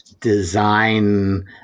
design